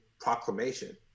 proclamation